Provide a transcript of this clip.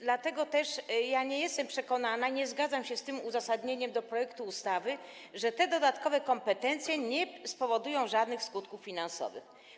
Dlatego też nie jestem przekonana, nie zgadzam się z uzasadnieniem do projektu ustawy, który mówi, że dodatkowe kompetencje nie spowodują żadnych skutków finansowych.